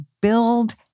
build